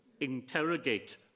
interrogate